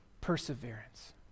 perseverance